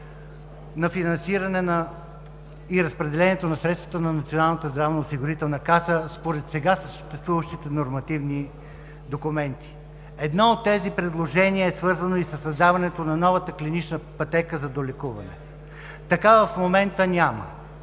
на финансиране и разпределението на средствата на Националната здравноосигурителна каса според сега съществуващите нормативни документи. Едно от тези предложения е свързано и със създаването на новата клинична пътека за долекуване. Такава в момента няма,